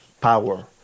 power